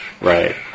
Right